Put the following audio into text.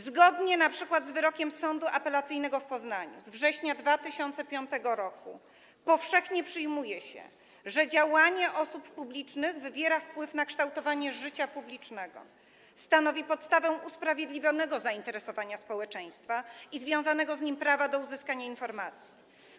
Zgodnie np. z wyrokiem Sądu Apelacyjnego w Poznaniu z września 2005 r. powszechnie przyjmuje się, że: działanie osób publicznych wywiera wpływ na kształtowanie życia publicznego, stanowi podstawę usprawiedliwionego zainteresowania społeczeństwa i związanego z nim prawa do uzyskania informacji.